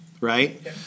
right